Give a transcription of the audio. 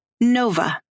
Nova